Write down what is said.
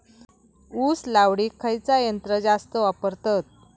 ऊस लावडीक खयचा यंत्र जास्त वापरतत?